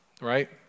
right